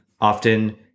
often